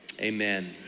Amen